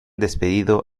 despedido